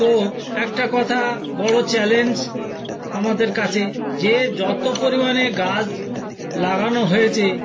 তো একটা কথা বল চ্যালেঞ্জ আমাদের কাছে যে যত পরিমাণে গাছ লাগানো হয়েছে